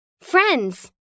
Friends